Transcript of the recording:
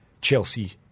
Chelsea